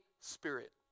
Spirit